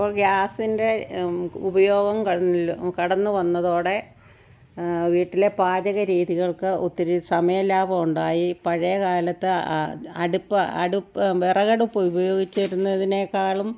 ഇപ്പോൾ ഗ്യാസിൻ്റെ ഉപയോഗം കടനിൽ കടന്ന് വന്നതോടെ വീട്ടിലെ പാചക രീതികൾക്ക് ഒത്തിരി സമയം ലാഭം ഉണ്ടായി പഴയ കാലത്ത് ആ അടുപ്പ് അടുപ്പ് വിറക് അടുപ്പ് ഉപയോഗിച്ചിരുന്നതിനേക്കാളും